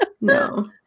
No